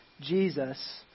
Jesus